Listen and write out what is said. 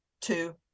two